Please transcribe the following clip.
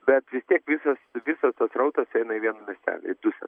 bet vis tiek visas visas srautas eina į vieną miestelį į dusetas